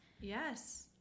yes